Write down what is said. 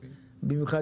במיוחד,